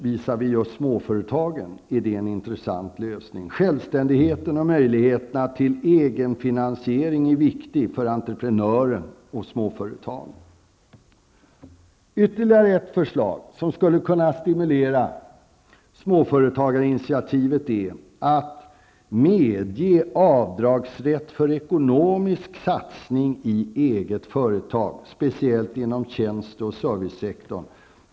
Visavi just småföretagen är detta en intressant lösning. Självständighet och möjlighet till egenfinansiering är viktiga faktorer för entreprenörer och småföretagare. Ytterligare ett sätt att stimulera småföretagarinitiativet är att medge avdragsrätt för ekonomiska satsningar i eget företag, speciellt inom service och tjänstesektorn.